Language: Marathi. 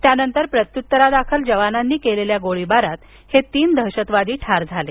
त्यानंतर प्रत्युत्तरादाखल जवानांनी केलेल्या गोळीबारात हे तीन दहशतवादी ठार झाले